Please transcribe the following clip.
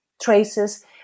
traces